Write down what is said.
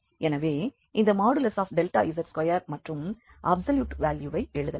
எனவே இந்த z2 மற்றும் அப்சல்யூட் வால்யூவை எழுதலாம்